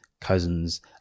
cousins